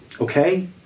Okay